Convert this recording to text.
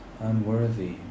unworthy